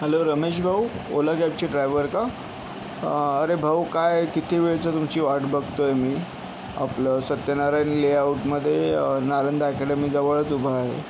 hello Ramesh भाऊ ओला कॅबचे driver का अरे भाऊ काय किती वेळचं तुमची वाट बघतो आहे मी आपलं सत्यनारायण लेआउटमधे नालंदा अकॅडमीजवळच उभा आहे